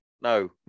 No